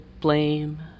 blame